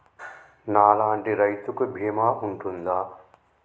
నా లాంటి రైతు కి బీమా ఉంటుందా?